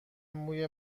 موی